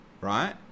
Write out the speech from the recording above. right